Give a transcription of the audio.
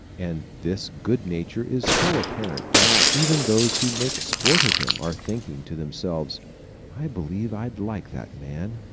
and this good nature is so apparent that even those who make sport of him are thinking to themselves i believe i'd like that man.